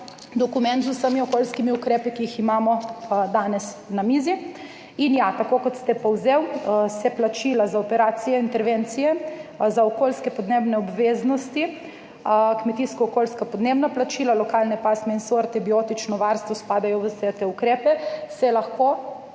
dokument z vsemi okoljskimi ukrepi, ki jih imamo danes na mizi. In ja, kot ste povzeli, se plačila za operacije, intervencije za okoljske podnebne obveznosti, kmetijsko-okoljska podnebna plačila, lokalne pasme in sorte, biotično varstvo spadajo v vse te ukrepe, ki se lahko,